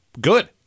good